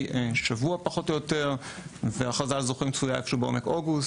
כשבוע והכרזה על זוכים צפויה בחודש אוגוסט.